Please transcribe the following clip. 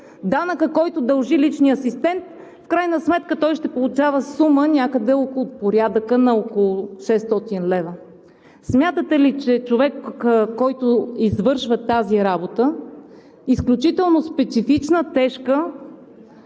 данъкът, който дължи личният асистент, в крайна сметка той ще получава сума някъде в порядъка на около 600 лв. Смятате ли, че човек, който извършва тази работа – изключително специфична и тежка,